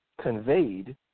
conveyed